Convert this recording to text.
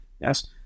yes